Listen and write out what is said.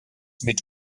mit